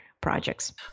projects